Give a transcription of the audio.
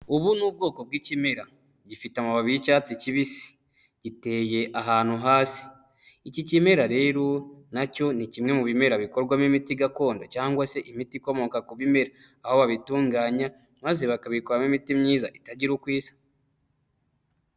Ubu ni ubwoko bw'ikimera gifite amababi y'icyatsi kibisi giteye ahantu hasi, iki kimera rero nacyo ni kimwe mu bimera bikorwamo imiti gakondo cyangwa se imiti ikomoka ku bimera aho babitunganya maze bakabikoramo imiti myiza itagira uko isa.